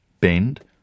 bend